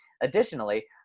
Additionally